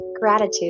Gratitude